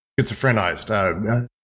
schizophrenized